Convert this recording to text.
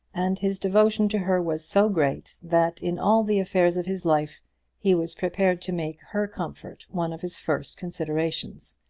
and his devotion to her was so great, that in all the affairs of his life he was prepared to make her comfort one of his first considerations.